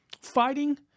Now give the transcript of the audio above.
Fighting